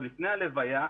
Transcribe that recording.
עוד לפני ההלוויה,